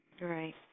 Right